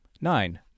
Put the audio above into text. Nine